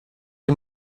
die